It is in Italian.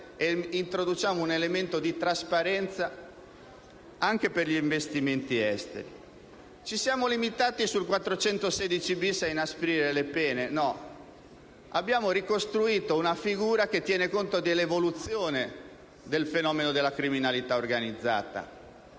e introduciamo un elemento di trasparenza anche per gli investimenti esteri. Ci siamo limitati sul 416-*bis* a inasprire le pene? No. Abbiamo ricostruito una figura che tiene conto dell'evoluzione del fenomeno della criminalità organizzata.